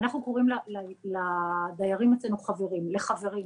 אנחנו קוראים לדיירים אצלנו חברים, לחברים.